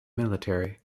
military